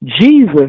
Jesus